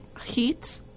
Heat